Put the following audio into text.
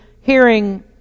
hearing